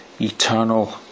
eternal